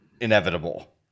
inevitable